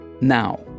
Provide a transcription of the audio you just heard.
Now